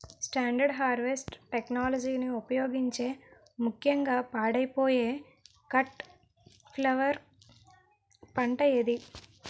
Standard harvest టెక్నాలజీని ఉపయోగించే ముక్యంగా పాడైపోయే కట్ ఫ్లవర్ పంట ఏది?